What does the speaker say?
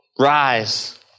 Rise